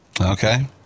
Okay